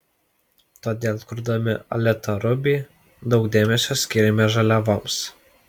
todėl kurdami alita ruby daug dėmesio skyrėme žaliavoms